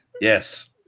Yes